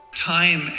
Time